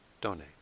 donate